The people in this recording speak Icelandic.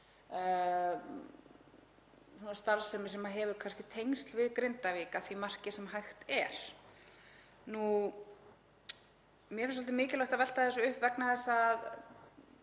starfsemi sem hefur kannski tengsl við Grindavík að því marki sem hægt er. Mér finnst svolítið mikilvægt að velta þessu upp vegna þess að